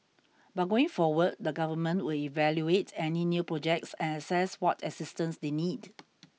but going forward the Government will evaluate any new projects and assess what assistance they need